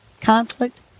conflict